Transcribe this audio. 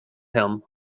him